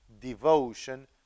devotion